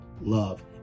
love